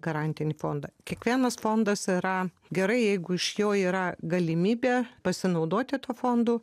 garantinį fondą kiekvienas fondas yra gerai jeigu iš jo yra galimybė pasinaudoti tuo fondu